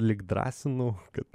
lyg drąsinu kad